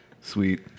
Sweet